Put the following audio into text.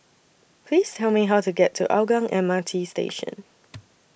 Please Tell Me How to get to Hougang M R T Station